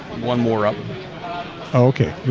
one more up okay,